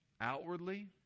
outwardly